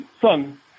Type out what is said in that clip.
son